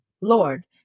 Lord